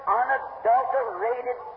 unadulterated